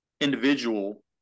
individual